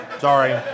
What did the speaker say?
Sorry